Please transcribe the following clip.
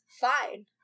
fine